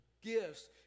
gifts